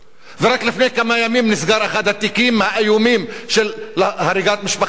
ורק לפני כמה ימים נסגר אחד התיקים האיומים של הריגת משפחה אחת,